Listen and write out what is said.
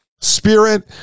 spirit